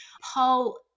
Paul